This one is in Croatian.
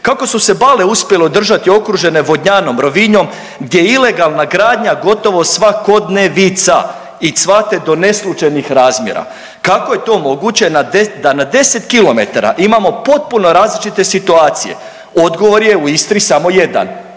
Kako su se Bale uspjele održati okružene Vodnjanom i Rovinjom gdje je ilegalna gradnja gotovo svakodnevica i cvate do neslućenih razmjera? Kako je to moguće da na 10 km imamo potpuno različite situacije? Odgovor je u Istri samo jedan,